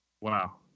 Wow